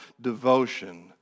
devotion